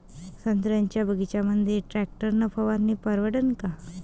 संत्र्याच्या बगीच्यामंदी टॅक्टर न फवारनी परवडन का?